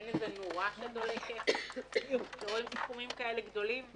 אין איזו נורה שדולקת כשאתם רואים סכומים כאלה גדולים?